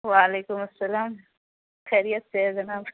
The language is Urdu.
وعلیکم السلام خیریت سے ہے جناب